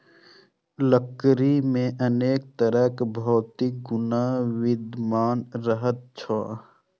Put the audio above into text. लकड़ी मे अनेक तरहक भौतिक गुण विद्यमान रहैत छैक